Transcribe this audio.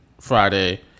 Friday